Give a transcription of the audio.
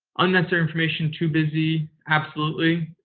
unnecessary information. too busy. absolutely.